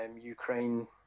ukraine